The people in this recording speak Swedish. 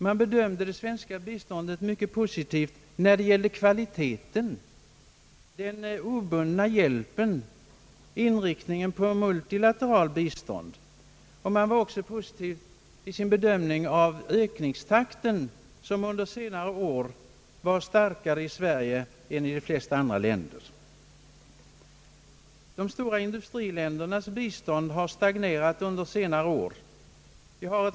Man bedömde det svenska biståndet mycket positivt när det gällde kvaliteten, den obundna hjälpen, inriktningen på multilateralt bistånd, och man var också positiv i sin bedömning av ökningstakten som under senare år varit starkare i Sverige än de flesta andra länder. De stora industriländernas bistånd har stagnerat under senare år.